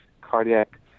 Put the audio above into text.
cardiac